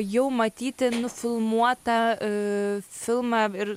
jau matyti nufilmuotą filmą ir